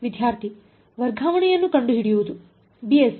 ವಿದ್ಯಾರ್ಥಿ ವರ್ಗಾವಣೆಯನ್ನು ಕಂಡುಹಿಡಿಯುವುದು b